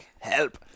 Help